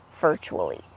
virtually